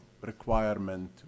requirement